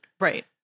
Right